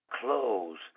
clothes